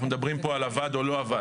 אנחנו מדברים פה על עבד או לא עבד.